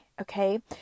Okay